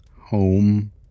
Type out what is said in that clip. home